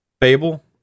Fable